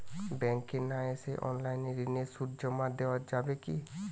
ব্যাংকে না এসে অনলাইনে ঋণের সুদ জমা দেওয়া যাবে কি?